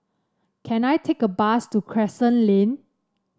can I take a bus to Crescent Lane